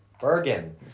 Bergen